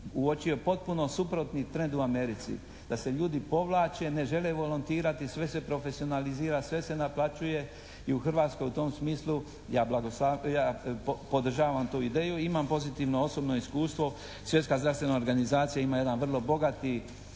uočio potpuno suprotni trend u Americi, da se ljudi povlače, ne žele volontirati, sve se profesionalizira, sve se naplaćuje i u Hrvatskoj u tom smislu, ja podržavam tu ideju, imam pozitivno osobno iskustvo. Svjetska zdravstvena organizacija ima jedan vrlo bogati